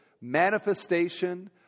manifestation